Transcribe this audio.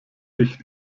ich